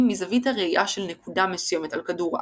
מזווית הראיה של נקודה מסוימת על כדור הארץ,